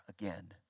again